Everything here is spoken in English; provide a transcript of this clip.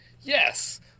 yes